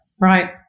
Right